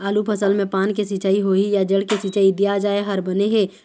आलू फसल मे पान से सिचाई होही या जड़ से सिचाई दिया जाय हर बने हे?